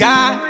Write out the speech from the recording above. God